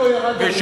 איש לא ירד עליך,